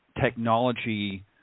technology